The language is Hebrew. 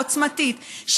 עוצמתית,